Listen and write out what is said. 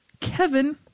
Kevin